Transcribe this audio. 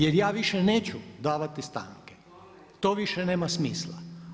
Jer ja više neću davati stanke, to više nema smisla.